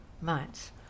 months